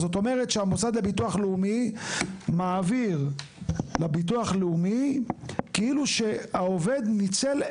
זאת אומרת שהמוסד לביטוח לאומי מעביר לביטוח הלאומי כאילו שהעובד ניצל,